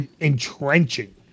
entrenching